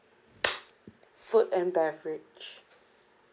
food and beverage